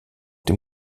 dem